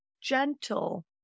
gentle